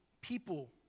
people